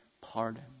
pardon